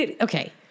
Okay